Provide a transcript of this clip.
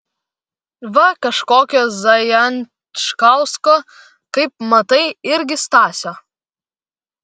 va kažkokio zajančkausko kaip matai irgi stasio